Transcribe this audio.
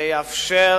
ויאפשר